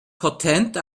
patent